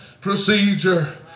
procedure